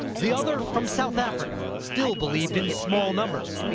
the other from south africa, still believed in small numbers.